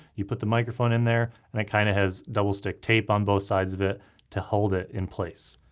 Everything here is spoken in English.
you put the microphone in there and it kind of has double-stick tape on both sides of it to hold it in place.